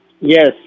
Yes